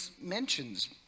mentions